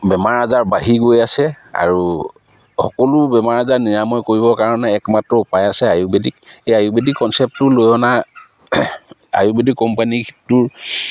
বেমাৰ আজাৰ বাঢ়ি গৈ আছে আৰু সকলো বেমাৰ আজাৰ নিৰাময় কৰিবৰ কাৰণে একমাত্ৰ উপায় আছে আয়ুৰ্বেদিক এই আয়ুৰ্বেদিক কনচেপ্টটো লৈ অনা আয়ুৰ্বেদিক কোম্পানীটোৰ